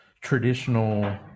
traditional